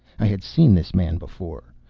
i had seen this man before.